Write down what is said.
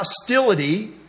hostility